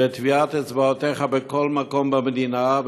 שטביעת אצבעותיך בכל מקום במדינה,